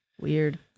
Weird